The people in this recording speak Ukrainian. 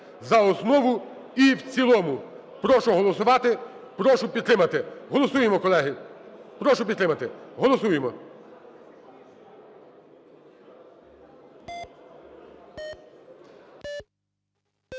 за основу і в цілому. Прошу голосувати. Прошу підтримати. Голосуємо, колеги. Прошу підтримати, голосуємо.